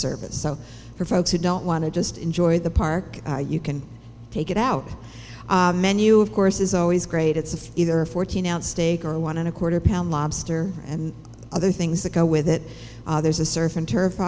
service so for folks who don't want to just enjoy the park you can take it out menu of course is always great it's either a fourteen out steak or a one and a quarter pound lobster and other things that go with it there's a surf and turf